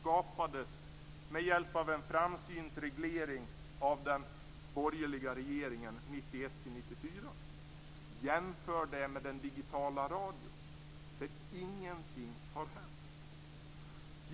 skapades med hjälp av en framsynt reglering av den borgerliga regeringen 1991-1994, med den digitala radion, där ingenting har hänt.